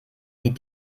die